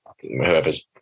whoever's